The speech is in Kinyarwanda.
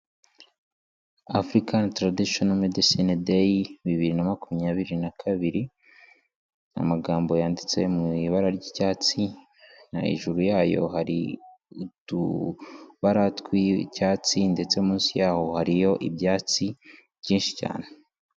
Afurikani taradishono medesine deyi ,bibiri na makumyabiri na kabiri, amagambo yanditse mu ibara ry'icyatsi ,hejuru yayo hari utubara tw'icyatsi ndetse munsi yaho hariyo ibyatsi byinshi cyane.